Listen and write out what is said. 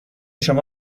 شما